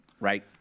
Right